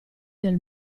del